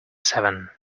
seven